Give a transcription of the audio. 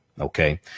Okay